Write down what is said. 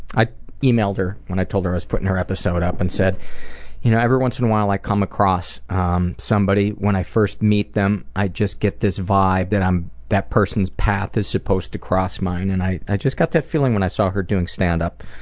i emailed her when i told her i was putting her episode up and said that you know every once in a while i come across um somebody when i first meet them i just get this vibe that that person's path is supposed to cross mine and i i just got that feeling when i saw her doing stand-up.